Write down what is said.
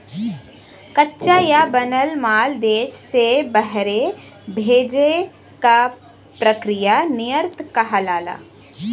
कच्चा या बनल माल देश से बहरे भेजे क प्रक्रिया निर्यात कहलाला